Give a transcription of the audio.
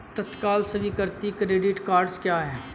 तत्काल स्वीकृति credit cards क्या हैं?